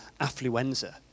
affluenza